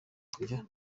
kujya